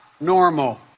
normal